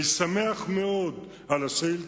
אני שמח מאוד על ההצעה הזאת,